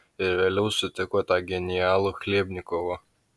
ir vėliau sutiko tą genialų chlebnikovą